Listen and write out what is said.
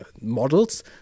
models